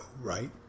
right